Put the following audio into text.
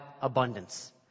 abundance